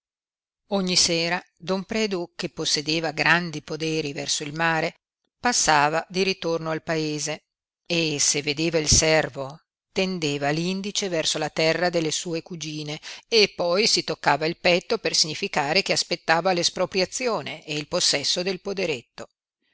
ogni sera don predu che possedeva grandi poderi verso il mare passava di ritorno al paese e se vedeva il servo tendeva l'indice verso la terra delle sue cugine e poi si toccava il petto per significare che aspettava l'espropriazione e il possesso del poderetto